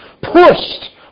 pushed